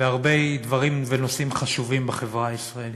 והרבה דברים ונושאים חשובים בחברה הישראלית.